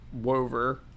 wover